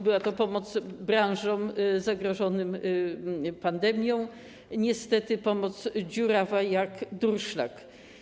Była to pomoc branżom zagrożonym pandemią, niestety, pomoc dziurawa jak durszlak.